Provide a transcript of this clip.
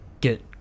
get